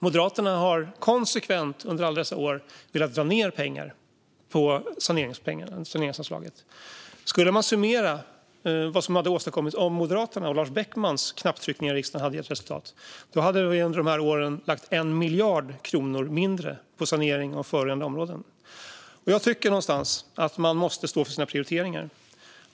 Moderaterna har konsekvent under alla dessa år velat dra ned på saneringsanslaget. Skulle man summera vad som hade åstadkommits, om Moderaternas och Lars Beckmans knapptryckningar i riksdagen hade gett resultat, hade det under åren blivit 1 miljard kronor mindre till sanering av förorenade områden. Man måste stå för sina prioriteringar.